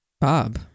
Bob